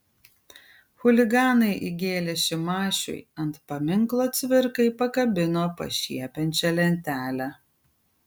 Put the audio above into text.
chuliganai įgėlė šimašiui ant paminklo cvirkai pakabino pašiepiančią lentelę